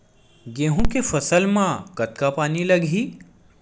गेहूं के फसल म कतका पानी लगही?